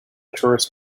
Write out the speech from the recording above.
tourists